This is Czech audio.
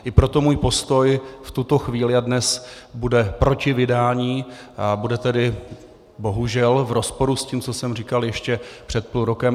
I proto můj postoj v tuto chvíli bude dnes proti vydání a bude tedy bohužel v rozporu s tím, co jsem říkal ještě před půl rokem.